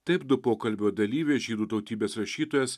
taip du pokalbio dalyviai žydų tautybės rašytojas